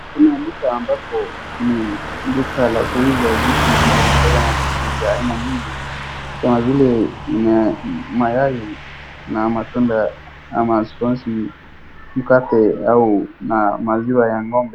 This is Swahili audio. Kuna duka ambapo ni duka ya kuuza vitu vidogovidogo ama vitu vya aina nyingi kama vile mayai na matunda ama scones ama mkate na maziwa ya ng'ombe.